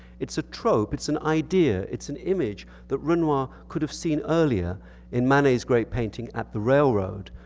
it's a trope, it's an idea, it's an image, that renoir could have seen earlier in manet's great painting at the railroad,